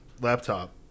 laptop